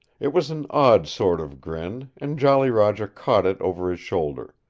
it was an odd sort of grin, and jolly roger caught it over his shoulder.